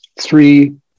three